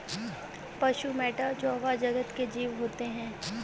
पशु मैटा जोवा जगत के जीव होते हैं